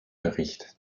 bericht